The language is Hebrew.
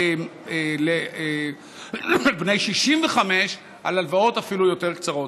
או בני 65, אפילו על הלוואות יותר קצרות.